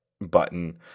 button